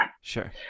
Sure